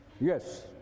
Yes